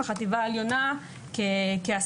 בחטיבה העליונה כ-10%.